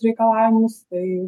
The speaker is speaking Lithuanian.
reikalavimus tai